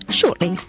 shortly